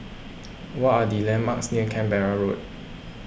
what are the landmarks near Canberra Road